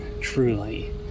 truly